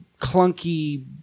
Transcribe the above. clunky